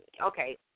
Okay